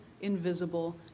invisible